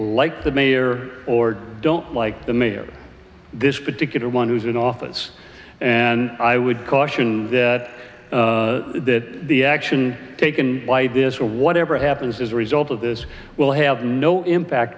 like the mayor or don't like the mayor of this particular one who's in office and i would caution that that the action taken by this or whatever happens as a result of this will have no impact